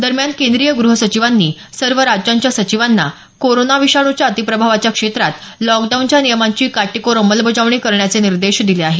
दरम्यान केंद्रीय गृह सचिवांनी सर्व राज्यांच्या सचिवांना कोरोना विषाणूच्या अतिप्रभावाच्या क्षेत्रात लॉकडाऊनच्या नियमांची काटेकोर अंमलबजावणी करण्याचे निर्देश दिले आहेत